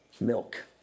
Milk